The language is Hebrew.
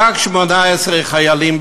רק 18 חיילים.